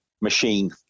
machine